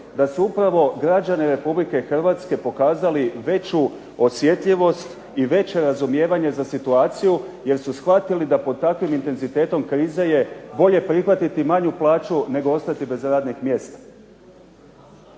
da su upravo građani Republike Hrvatske pokazali veću osjetljivost i veće razumijevanje za situaciju jer su shvatili da pod takvim intenzitetom krize je bolje prihvatiti manju plaću nego ostati bez radnih mjesta.